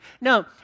No